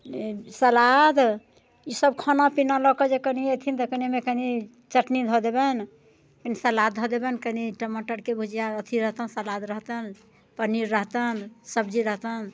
सलाद ई सभ खाना पीना लऽके जे कनि ऐथिन तऽ कनिमे कनि चटनी धऽ देबनि सलाद धऽ देबनि कनि टमाटरके भुजिआ अथि रहतनि सलाद रहतनि पनीर रहतनि सब्जी रहतनि